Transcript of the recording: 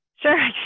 Sure